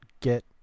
get